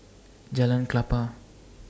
Jalan Klapa